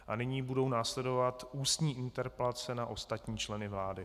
A nyní budou následovat ústní interpelace na ostatní členy vlády.